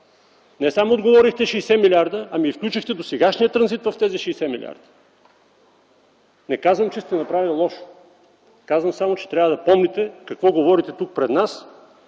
Не само отговорихте: „60 милиарда”, ами и включихте досегашния транзит в тези 60 милиарда. Не казвам, че сте направили лошо, а казвам само, че трябва да помните какво говорите тук пред нас,